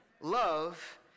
Love